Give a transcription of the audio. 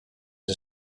are